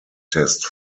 test